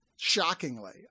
Shockingly